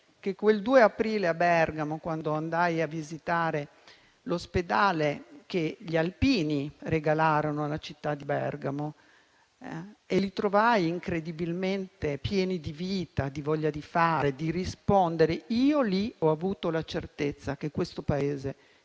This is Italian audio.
che quel 2 aprile a Bergamo, quando andai a visitare l'ospedale che gli alpini regalarono alla città - e li trovai incredibilmente pieni di vita, di voglia di fare e di rispondere - ho avuto la certezza che questo Paese